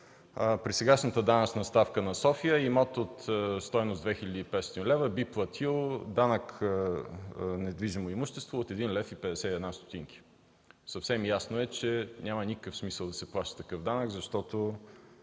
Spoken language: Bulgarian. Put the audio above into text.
при сегашната данъчна ставка на София имот на стойност 2500 лв. би платил данък „Недвижимо имущество” от 1,51 лв. Съвсем ясно е, че няма никакъв смисъл да се плаща такъв данък, защото